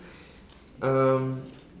um